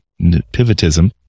pivotism